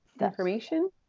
information